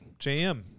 JM